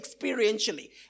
experientially